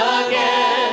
again